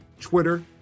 Twitter